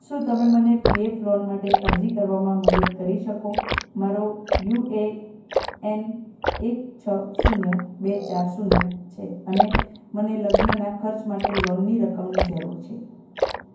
શું તમે મને પીએફ લોન માટે અરજી કરવામાં મદદ કરી શકો મારો યુ એ એન એક છ શૂન્ય બે ચાર શૂન્ય છે અને મને લગ્નના ખર્ચ માટે લોનની રકમની જરૂર છે